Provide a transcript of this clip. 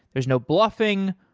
there's no bluffing.